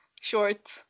short